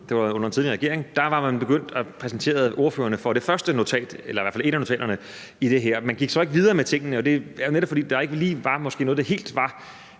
det var under den tidligere regering – var man begyndt at præsentere ordførerne for det første notat eller i hvert fald et af notaterne i det her. Man gik så ikke videre med tingene, og det var netop, fordi det ikke var krystalklart, hvad